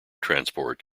transport